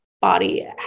body